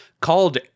called